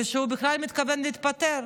ושהוא בכלל מתכוון להתפטר.